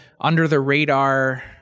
under-the-radar